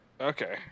Okay